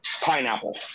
pineapple